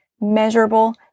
measurable